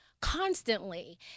constantly